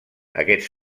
aquests